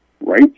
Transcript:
right